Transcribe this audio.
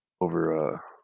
over